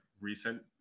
recent